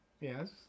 Yes